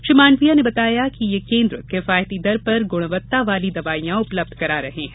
श्री मांडविया ने बताया कि ये केन्द्र किफायती दर पर गुणवत्ता वाली दवाइयां उपलब्ध करा रहे हैं